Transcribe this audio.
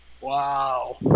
Wow